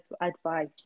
advice